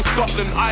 Scotland